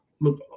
Look